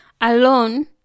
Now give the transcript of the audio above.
alone